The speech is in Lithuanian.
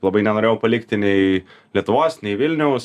labai nenorėjau palikti nei lietuvos nei vilniaus